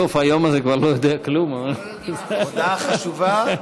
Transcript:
הודעה חשובה,